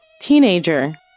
Teenager